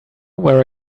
where